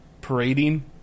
parading